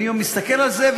אני מסתכל על זה,